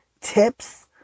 tips